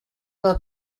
vingt